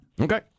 Okay